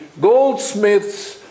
goldsmiths